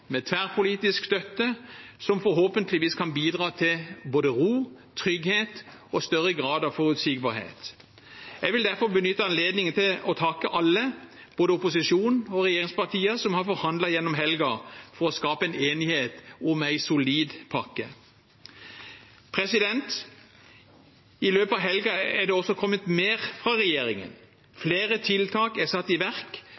med tverrpolitisk støtte som forhåpentligvis kan bidra til både ro, trygghet og større grad av forutsigbarhet. Jeg vil derfor benytte anledningen til å takke alle, både opposisjon og regjeringspartier, som har forhandlet gjennom helgen for å skape enighet om en solid pakke. I løpet av helgen er det også kommet mer fra regjeringen. Flere tiltak er satt i verk